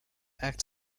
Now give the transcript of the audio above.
act